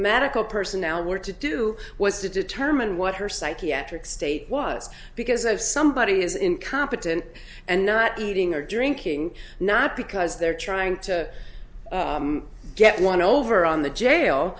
medical personnel were to do was to determine what her psychiatric state was because of somebody is incompetent and not eating or drinking not because they're trying to get one over on the